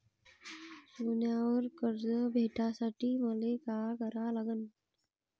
सोन्यावर कर्ज भेटासाठी मले का करा लागन?